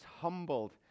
humbled